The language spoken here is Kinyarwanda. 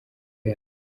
yacu